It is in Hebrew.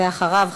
ואחריו,